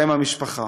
עם המשפחה.